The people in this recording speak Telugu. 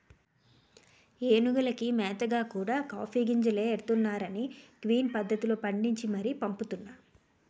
ఏనుగులకి మేతగా కూడా కాఫీ గింజలే ఎడతన్నారనీ క్విన్ పద్దతిలో పండించి మరీ పంపుతున్నా